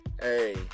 hey